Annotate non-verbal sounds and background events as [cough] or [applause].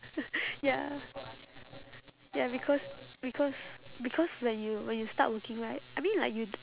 [noise] ya ya because because because when you when you start working right I mean like you